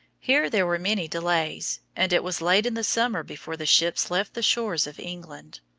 here there were many delays, and it was late in the summer before the ships left the shores of england.